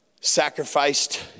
sacrificed